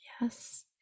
yes